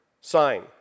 sign